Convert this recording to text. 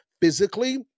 physically